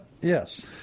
Yes